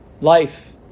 life